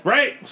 Right